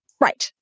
Right